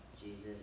Jesus